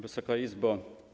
Wysoka Izbo!